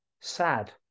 sad